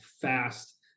fast